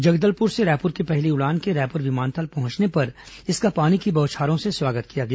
जगदलपुर से रायपुर की पहली उड़ान के रायपुर विमानतल पहुंचने पर इसका पानी की बौछारें से स्वागत किया गया